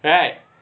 right